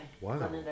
Wow